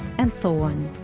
and so on.